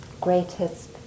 greatest